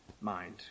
mind